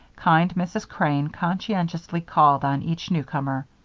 kind mrs. crane conscientiously called on each newcomer.